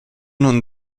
non